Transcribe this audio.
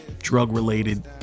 Drug-related